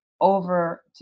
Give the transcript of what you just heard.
over